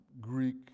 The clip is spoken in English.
Greek